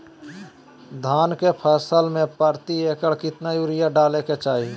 धान के फसल में प्रति एकड़ कितना यूरिया डाले के चाहि?